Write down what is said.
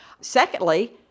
Secondly